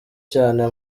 cyane